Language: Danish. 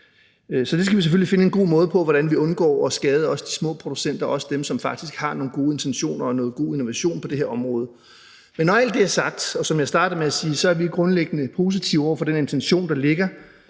Så vi skal selvfølgelig finde en god måde for, hvordan vi undgår at skade de små producenter og også dem, som faktisk har nogle gode intentioner og noget god innovation på det her område. Men når alt det er sagt, og som jeg startede med at sige, er vi grundlæggende positive over for den intention, der ligger